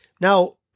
Now